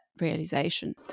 realization